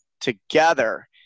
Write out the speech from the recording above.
together